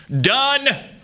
done